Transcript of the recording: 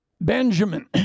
Benjamin